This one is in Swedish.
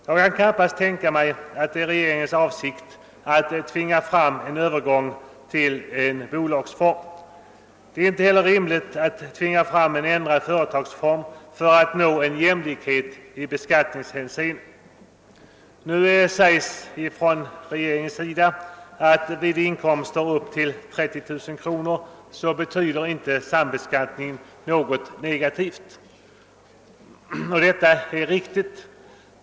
Jag kan knappast tänka mig att det är regeringens avsikt att tvinga fram en övergång till bolagsformen. Det är inte heller rimligt att tvinga fram en ändrad företagsform för att nå jämlikhet i beskattningshänseende. Nu sägs det från regeringens sida att vid inkomster upp till 30000 kr. betyder inte sambeskattningen något negativt. Detta är riktigt.